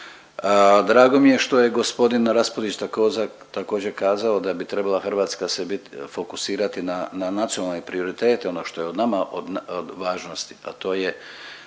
Drago mi je što je g. Raspudić također kazao da bi trebala Hrvatska se fokusirat na, na nacionalni prioritet, ono što je nama od važnosti, a to je